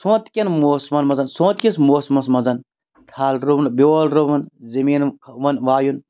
سونٛت کیٚن موسمَن منٛز سونٛت کِس موسمَس منٛز تھل رُوُن بیول رُوُن زٔمیٖن وایُن